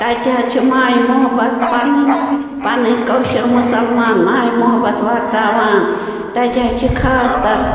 تَتہِ حظ چھِ ماے محبت پَنٕنۍ پَنٕنۍ کٲشِر مُسلمان ماے محبت وَرتاوان تَتہِ حظ چھِ خاص کر